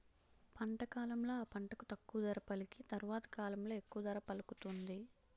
పంట కాలంలో ఆ పంటకు తక్కువ ధర పలికి తరవాత కాలంలో ఎక్కువ ధర పలుకుతుంది